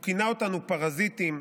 הוא כינה אותנו 'פרזיטים',